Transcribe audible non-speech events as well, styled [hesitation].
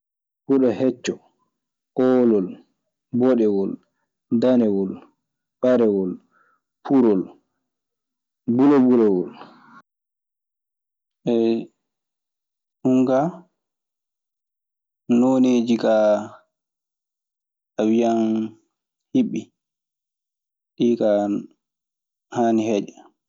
Huɗo hecco, oolol, boɗewol, danewol, [hesitation] ɓalewol, purol, bulabulawol. [hesitation] Ɗun kaa, nooneeji kaa, a wiyan hiɓɓii. Ɗii kaa ana haani heƴa.